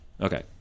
Okay